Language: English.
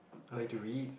I like to read